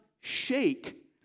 shake